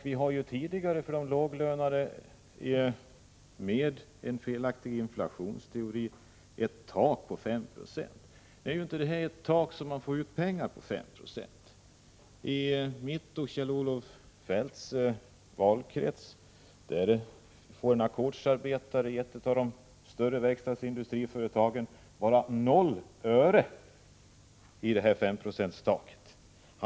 Vi har redan tidigare, på grund av en felaktig inflationsteori, fått ett tak på 590 för lönehöjningen för de lågavlönade. Det taket innebär inte att man får ut 5 96 i pengar. I min och Kjell-Olof Feldts valkrets får en ackordsarbetare i ett av de större verkstadsindustriföretagen noll öre när S5-procentstaket tillämpas.